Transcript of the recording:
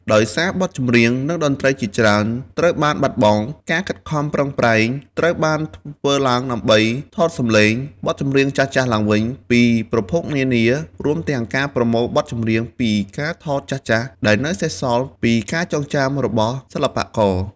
ដោយសារបទចម្រៀង និងតន្ត្រីជាច្រើនត្រូវបានបាត់បង់ ការខិតខំប្រឹងប្រែងត្រូវបានធ្វើឡើងដើម្បី ថតសំឡេង បទចម្រៀងចាស់ៗឡើងវិញពីប្រភពនានា រួមទាំងការប្រមូលបទចម្រៀងពីការថតចាស់ៗដែលនៅសេសសល់ ឬពីការចងចាំរបស់សិល្បករ។